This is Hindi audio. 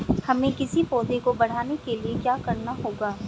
हमें किसी पौधे को बढ़ाने के लिये क्या करना होगा?